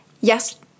Yes